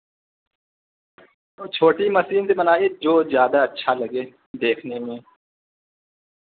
چھوٹی مشین سے بنائی جو زیادہ اچھا لگے دیکھنے میں